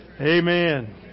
Amen